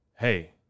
Hey